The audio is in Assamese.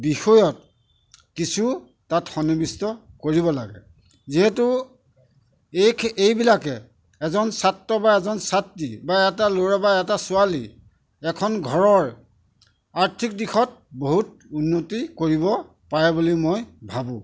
বিষয়ত কিছু তাত সন্নিৱিষ্ট কৰিব লাগে যিহেতু এই এইবিলাকে এজন ছাত্ৰ বা এজন ছাত্ৰী বা এটা ল'ৰা বা এটা ছোৱালী এখন ঘৰৰ আৰ্থিক দিশত বহুত উন্নতি কৰিব পাৰে বুলি মই ভাবোঁ